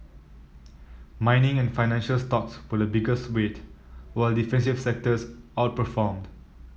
mining and financial stocks were the biggest weight while defensive sectors outperformed